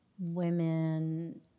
women